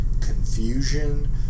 confusion